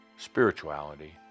spirituality